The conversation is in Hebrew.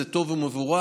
זה טוב ומבורך.